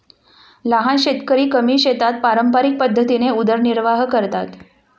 लहान शेतकरी कमी शेतात पारंपरिक पद्धतीने उदरनिर्वाह करतात